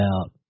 out